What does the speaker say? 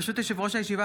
ברשות יושב-ראש הישיבה,